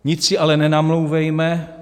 Nic si ale nenamlouvejme.